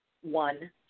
one